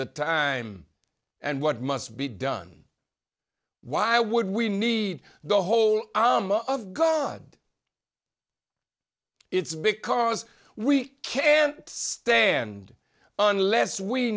the time and what must be done why would we need the whole omma of god it's because we can't stand unless we